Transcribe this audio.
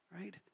right